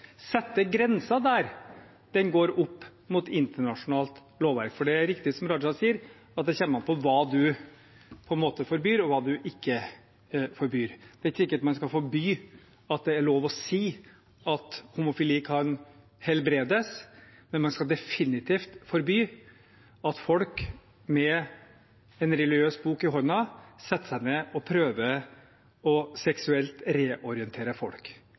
sette grensen der den går opp mot internasjonalt lovverk – for det er riktig som Raja sier, at det kommer an på hva man forbyr, og hva man ikke forbyr. Det er ikke sikkert man skal forby at det er lov å si at homofili kan helbredes, men man skal definitivt forby at folk med en religiøs bok i hånda setter seg ned og prøver å reorientere folk